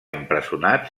empresonat